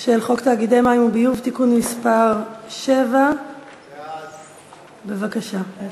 על חוק תאגידי מים וביוב (תיקון מס' 7). בבקשה להצביע.